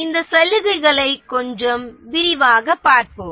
இந்த சலுகைகளை கொஞ்சம் விரிவாகப் பார்ப்போம்